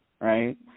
right